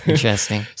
Interesting